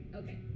okay